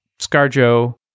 Scarjo